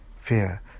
fear